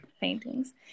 paintings